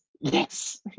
yes